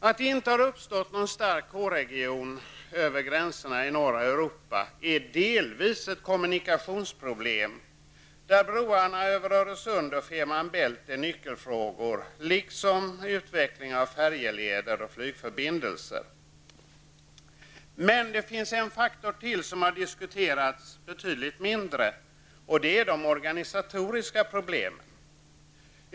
Att det inte har uppstått en stark K-region över gränserna i norra Europa är delvis ett kommunikationsproblem där broarna över Öresund och Femer Bælt är nyckelfrågor liksom utveckling av färgleder och flygförbindelser. Det finns emellertid ytterligare en faktor som har diskuterats betydligt mindre, nämligen de organisatoriska problemen.